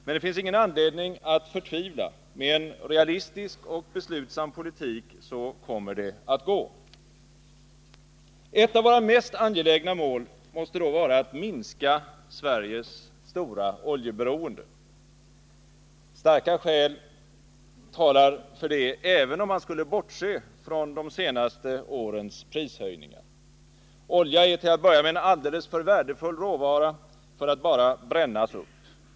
Men det finns ingen anledning att förtvivla — med en realistisk och beslutsam ekonomisk politik så går det. Ett av våra mest angelägna mål måste då vara att minska Sveriges stora oljeberoende. Starka skäl talar för detta, även om man skulle bortse från de senaste årens prishöjningar. Olja är till att börja med en alldeles för värdefull råvara för att bara brännas upp.